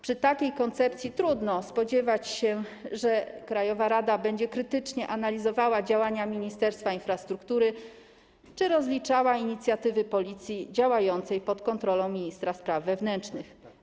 Przy takiej koncepcji trudno się spodziewać, że krajowa rada będzie krytycznie analizowała działania Ministerstwa Infrastruktury czy rozliczała inicjatywy Policji działającej pod kontrolą ministra spraw wewnętrznych.